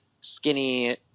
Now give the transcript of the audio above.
skinny